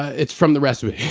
it's from the recipe.